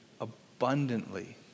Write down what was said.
Abundantly